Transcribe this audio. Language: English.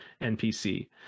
NPC